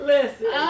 Listen